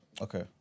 okay